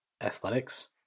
athletics